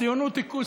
הציונות היא קוסקוס,